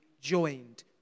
joined